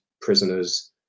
prisoners